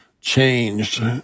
changed